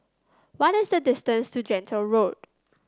what is the distance to Gentle Road